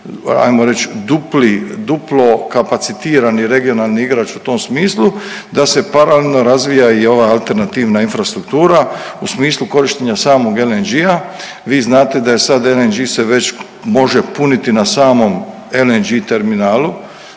ajmo reći dupli, duplo kapacitirani regionalni igrač u tom smislu, da se paralelno razvija i ova alternativna infrastruktura u smislu korištenja samog LNG-a. Vi znate da je sad LNG se već može puniti na samom LNG terminalu,